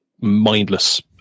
mindless